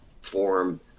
form